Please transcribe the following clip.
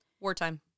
Wartime